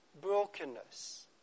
brokenness